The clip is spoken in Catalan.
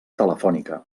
telefònica